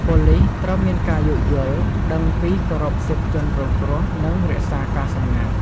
ប៉ូលិសត្រូវមានការយោគយល់ដឹង ពីគោរពសិទ្ធិជនរងគ្រោះ និងរក្សាការសម្ងាត់ ។